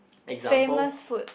famous food